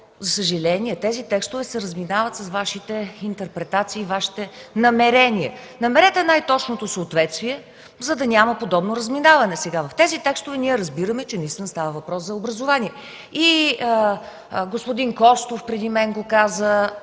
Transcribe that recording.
за съжаление, се разминават с Вашите интерпретации и намерения. Намерете най-точното съответствие, за да няма подобно разминаване. В тези текстове ние разбираме, че наистина става въпрос за образование. И господин Костов преди мен каза